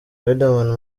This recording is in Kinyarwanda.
riderman